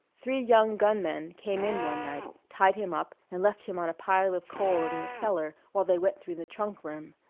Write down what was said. three young gunmen came in one night, tied him up and left him on a pile of coal in the cellar while they went through the trunk room.